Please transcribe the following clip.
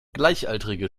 gleichaltrige